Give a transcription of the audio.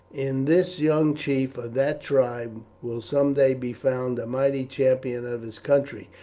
in this young chief of that tribe, will some day be found a mighty champion of his country.